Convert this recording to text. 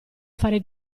fare